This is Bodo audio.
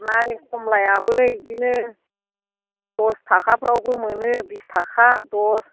नारें कमलायाबो बिदिनो दस थाखाफ्रावबो मोनो बिस थाखा दस